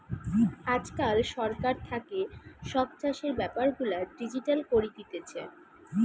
আজকাল সরকার থাকে সব চাষের বেপার গুলা ডিজিটাল করি দিতেছে